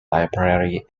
library